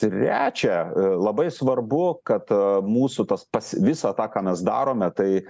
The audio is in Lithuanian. trečia labai svarbu kad mūsų tas pas visą tą ką mes darome tai